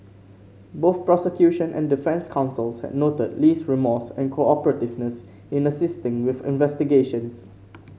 both prosecution and defence counsels had noted Lee's remorse and cooperativeness in assisting with investigations